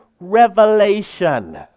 revelation